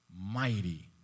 mighty